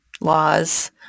laws